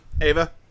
Ava